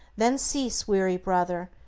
then cease, weary brother,